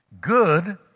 good